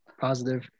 positive